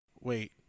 Wait